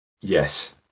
Yes